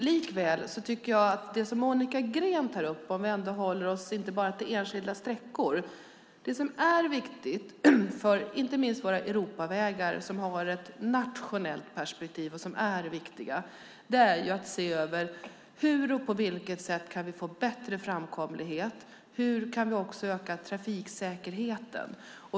Om vi inte bara håller oss till enskilda sträckor vill jag säga att våra Europavägar har varit ett nationellt perspektiv, och det viktiga är att se över hur vi kan få bättre framkomlighet och hur vi kan öka trafiksäkerheten.